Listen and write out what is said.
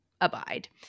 abide